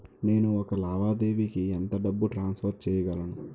నేను ఒక లావాదేవీకి ఎంత డబ్బు ట్రాన్సఫర్ చేయగలను?